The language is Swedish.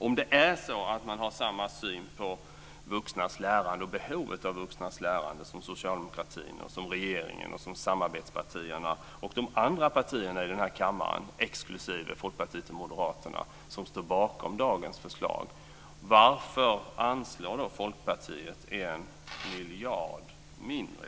Om man har samma syn på behovet av vuxnas lärande som socialdemokraterna, som regeringen, som samarbetspartierna och som de andra partierna i den här kammaren - exklusive moderaterna - som står bakom dagens förslag, varför anslår då Folkpartiet 1 miljard mindre?